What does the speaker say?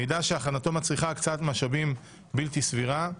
מידע שהכנתו מצריכה הקצאת משאבים בלתי סבירה,